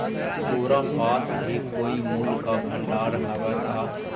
तोरा पास भी कोई मूल्य का भंडार हवअ का